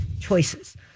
choices